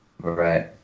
Right